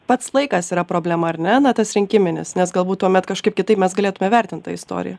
pats laikas yra problema ar ne na tas rinkiminis nes galbūt tuomet kažkaip kitaip mes galėtume vertint tą istoriją